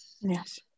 Yes